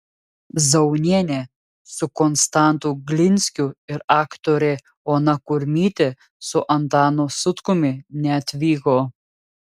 zaunienė su konstantu glinskiu ir aktorė ona kurmytė su antanu sutkumi neatvyko